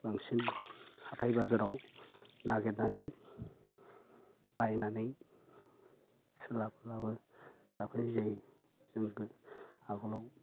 बांसिन हाथाइ बाजारआव नागिरनानै बायनानै सोलाबब्लाबो जाफैनाय जायो जोंबो आगलआव